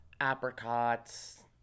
Apricots